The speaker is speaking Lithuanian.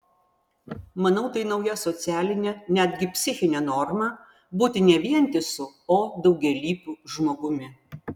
manau tai nauja socialinė netgi psichinė norma būti ne vientisu o daugialypiu žmogumi